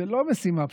זו לא משימה פשוטה,